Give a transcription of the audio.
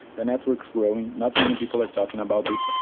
the network is growing, not many people are talking about it.